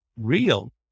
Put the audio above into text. real